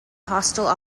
hostile